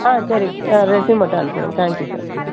ஆ சரிங்க ஆ ரெஸ்யூம் மட்டும் அனுப்பிவிடுங்க தேங்க் யூ சார் ம்